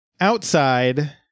outside